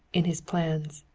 in his plans.